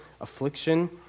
affliction